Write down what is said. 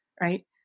right